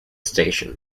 station